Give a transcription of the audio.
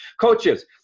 Coaches